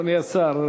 אדוני השר,